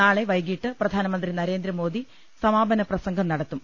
നാളെ വൈകീട്ട് പ്രധാനമന്ത്രി നരേന്ദ്രമോദി സമാപന പ്രസംഗം നടത്തും